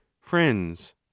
friends